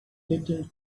little